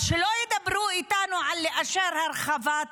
אז שלא ידברו איתנו על לאשר הרחבת